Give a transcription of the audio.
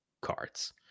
cards